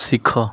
ଶିଖ